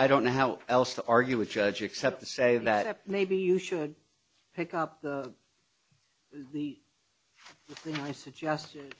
don't know how else to argue with judge except to say that maybe you should pick up the thing i suggested